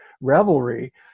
revelry